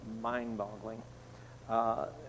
mind-boggling